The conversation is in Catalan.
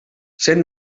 sent